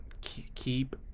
keep